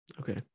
Okay